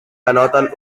denoten